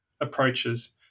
approaches